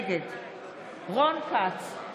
נגד רון כץ,